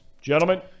Gentlemen